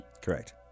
Correct